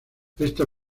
esta